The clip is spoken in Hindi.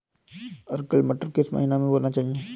अर्किल मटर किस महीना में बोना चाहिए?